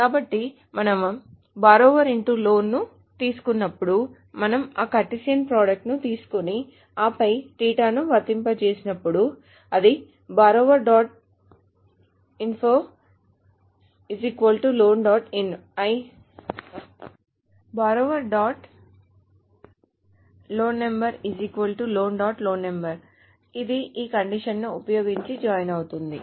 కాబట్టి మనము ను తీసుకున్నప్పుడు మనము ఆ కార్టెసియన్ ప్రోడక్ట్ ని తీసుకొని ఆపై తీటాను వర్తింపజేసినప్పుడు అది ఇది ఈ కండిషన్ ను ఉపయోగించి జాయిన్ అవుతుంది